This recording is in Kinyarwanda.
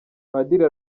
padiri